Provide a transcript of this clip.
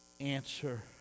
answer